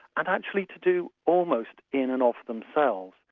and actually to do almost in and of themselves.